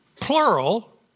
plural